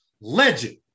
legend